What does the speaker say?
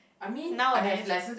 nowadays